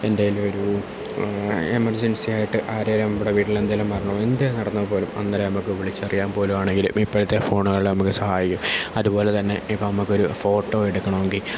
എന്തെങ്കിലും ഒരു എമർജൻസി ആയിട്ട് ആരെങ്കിലും നമ്മുടെ വീട്ടിൽ എന്തെങ്കിലും മരണമോ എന്തെങ്കിലും നടന്നാൽ പോലും അന്നേരം നമുക്ക് വിളിച്ചറിയാൻ പോലും ആണെങ്കിൽ ഇപ്പോഴത്തെ ഫോണുകൾ നമുക്ക് സഹായിക്കും അതുപോലെത്തന്നെ ഇപ്പം നമുക്കൊരു ഫോട്ടോ എടുക്കണമെങ്കിൽ